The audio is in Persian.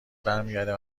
برمیگرده